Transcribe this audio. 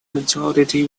majority